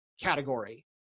category